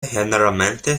generalmente